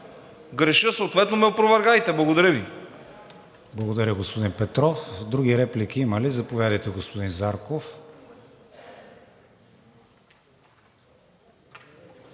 греша, съответно ме опровергайте. Благодаря Ви.